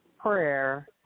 prayer